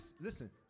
listen